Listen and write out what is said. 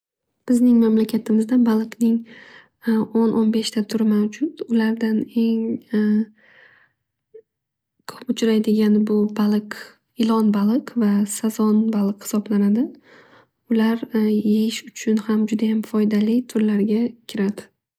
Bizning mamlakatimizda baliqning o'n o'n beshta turi mavjud. Ulardan eng ko'p uchraydigani bu baliq, ilon baliq va sazon baliq hisoblanadi. Ular yeyish uchun ham judayam foydali turlarga kiradi.